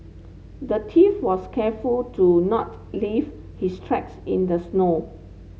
the thief was careful to not leave his tracks in the snow